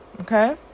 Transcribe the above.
Okay